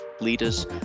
leaders